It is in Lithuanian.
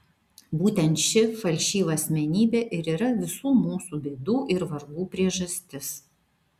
būtent ši falšyva asmenybė ir yra visų mūsų bėdų ir vargų priežastis